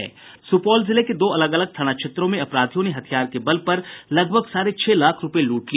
सुपौल जिले के दो अलग अलग थाना क्षेत्रों में में अपराधियों ने हथियार के बल पर लगभग साढ़े छह लाख रुपये लूट लिए